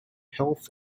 health